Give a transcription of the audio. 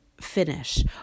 finish